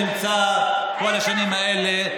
שנמצא כל השנים האלה,